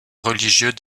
religieux